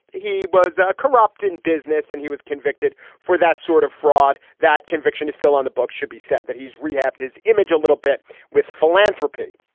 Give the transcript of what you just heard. he was corrupt in business and he was convicted for that sort of fraud. that conviction is still on. the books should be said that he's rehabbed his image a little bit with philanthropy.